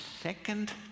second